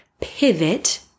pivot